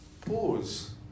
Pause